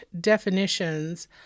definitions